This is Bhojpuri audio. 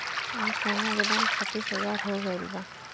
आज सोना के दाम छत्तीस हजार हो गइल बा